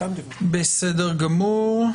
בסדר גמור.